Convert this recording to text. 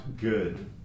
good